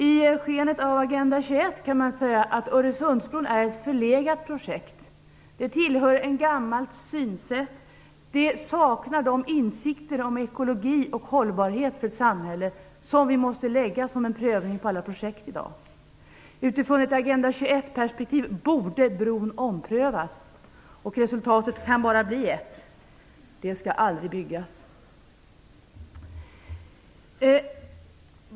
I skenet av Agenda 21 kan man säga att Öresundsbron är ett förlegat projekt. Det bygger på ett gammalt synsätt, som saknar de insikter om ekologi och hållbarhet för samhället som i dag måste ingå i prövningen av alla projekt. Utifrån ett Agenda 21 perspektiv borde brobeslutet omprövas. Resultatet kan då bara bli ett: Bron skall aldrig byggas!